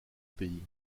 pays